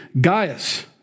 Gaius